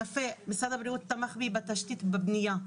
יפה, משרד הבריאות תמך בי בתשתית בבנייה,